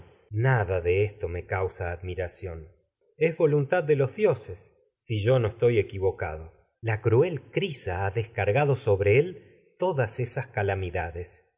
lamentos de esto me neoptólemo es nada causa admiración voluntad de los dioses si yo no estoy equivocado esas la cruel crisa ha descargado sobre él todas se calamida